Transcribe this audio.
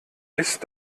ist